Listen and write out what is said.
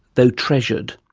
though treasured.